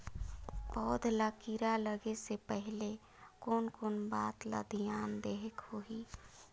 पौध ला कीरा लगे से पहले कोन कोन बात ला धियान देहेक होही?